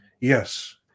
yes